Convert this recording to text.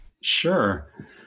Sure